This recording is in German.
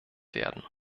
werden